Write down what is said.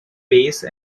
pace